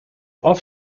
off